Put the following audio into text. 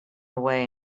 away